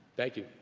thank you.